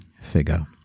figure